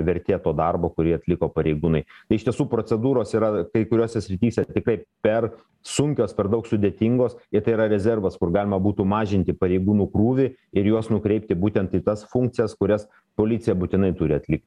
vertė to darbo kurį atliko pareigūnai iš tiesų procedūros yra kai kuriose srityse tikrai per sunkios per daug sudėtingos ir tai yra rezervas kur galima būtų mažinti pareigūnų krūvį ir juos nukreipti būtent į tas funkcijas kurias policija būtinai turi atlikt